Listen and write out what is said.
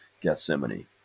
Gethsemane